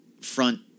front